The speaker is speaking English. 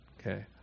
Okay